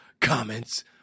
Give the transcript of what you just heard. comments